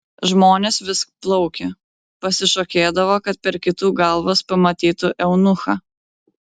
žmonės vis plaukė pasišokėdavo kad per kitų galvas pamatytų eunuchą